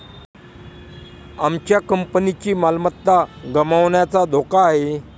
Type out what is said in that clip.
आमच्या कंपनीची मालमत्ता गमावण्याचा धोका आहे